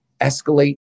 escalate